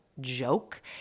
joke